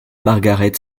margaret